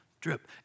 drip